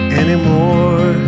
anymore